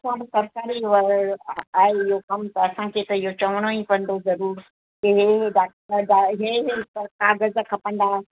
असांजो सरकारी उहो आहे इहो कमु त असांखे त इहो चवणो ई पवंदो ज़रूरु की हे हे डॉक्यूमेंट आहे हे हे काग़ज़ खपंदा